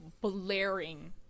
blaring